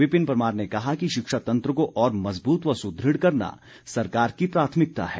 विपिन परमार ने कहा कि शिक्षा तंत्र को और मजबूत व सुदृढ़ करना सरकार की प्राथमिकता है